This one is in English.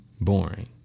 boring